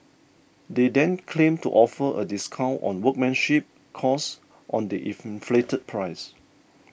they then claim to offer a discount on workmanship cost on the inflated price